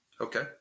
Okay